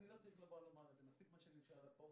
אני לא צריך לומר את זה,